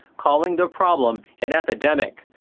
calling the problem an epidemic.